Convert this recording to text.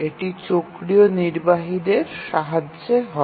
এটি চক্রীয় নির্বাহীদের সাহায্যে হয়